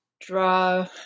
draw